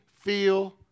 feel